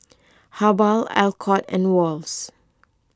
Habhal Alcott and Wall's